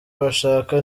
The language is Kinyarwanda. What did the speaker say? bashaka